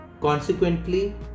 Consequently